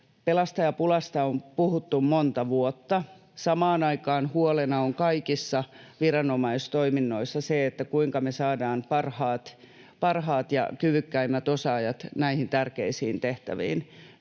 Pelastajapulasta on puhuttu monta vuotta. Samaan aikaan huolena on kaikissa viranomaistoiminnoissa se, kuinka me saadaan parhaat ja kyvykkäimmät osaajat näihin tärkeisiin tehtäviin.